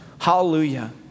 hallelujah